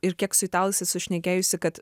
ir kiek su italais esu šnekėjusi kad